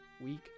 week